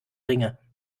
ringe